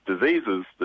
diseases